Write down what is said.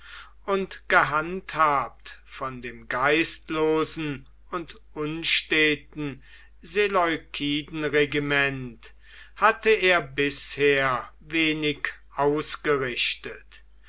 und gehandhabt von dem geistlosen und unsteten seleukidenregiment hatte er bisher wenig ausgerichtet